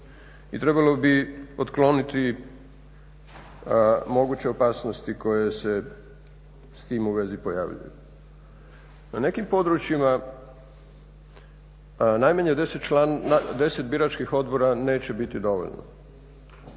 trebalo bi otkloniti moguće opasnosti koje se s tim u vezi pojavljuju. Na nekim područjima najmanje 10 biračkih odbora neće biti dovoljno.